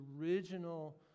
original